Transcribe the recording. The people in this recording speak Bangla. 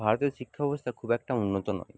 ভারতের শিক্ষাব্যবস্থা খুব একটা উন্নত নয়